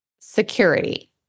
security